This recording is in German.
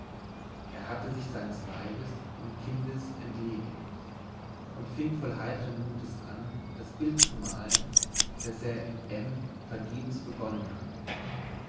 er hatte sich seines weibes und kindes entledigt und fing voll heitern mutes an das bild zu malen das er in m vergebens begonnen hatte